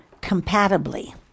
compatibly